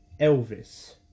Elvis